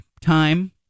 Time